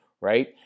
right